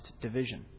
division